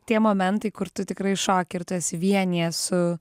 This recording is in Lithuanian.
tie momentai kur tu tikrai šoki ir tu esi vienyje su